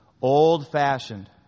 Old-fashioned